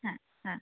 হ্যাঁ হ্যাঁ